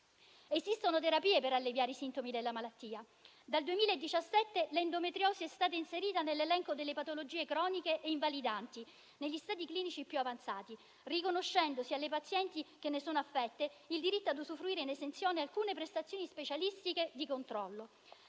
Esistono terapie per alleviare i sintomi della malattia. Dal 2017 l'endometriosi è stata inserita nell'elenco delle patologie croniche e invalidanti negli studi clinici più avanzati, riconoscendosi alle pazienti che ne sono affette il diritto ad usufruire in esenzione di alcune prestazioni specialistiche di controllo.